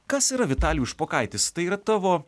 kas yra vitalijus špokaitis tai yra tavo